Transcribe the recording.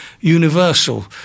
Universal